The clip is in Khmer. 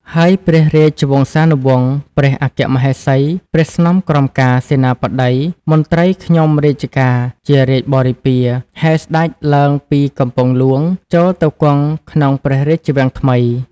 ហើយព្រះរាជវង្សានុវង្ស ព្រះអគ្គមហេសី ព្រះស្នំក្រមការ សេនាបតី មន្ត្រីខ្ញុំរាជការជារាជបរិពារ ហែស្ដេចឡើងពីកំពង់ហ្លួងចូលទៅគង់ក្នុងព្រះរាជវាំងថ្មី